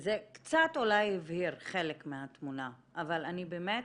זה קצת אולי הבהיר חלק מהתמונה, אבל אני באמת